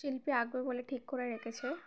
শিল্পী আঁকবে বলে ঠিক করে রেখেছে